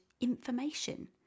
information